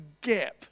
gap